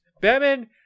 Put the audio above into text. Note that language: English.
Batman